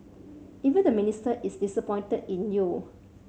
even the Minister is disappointed in you